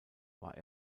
war